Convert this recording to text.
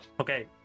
Okay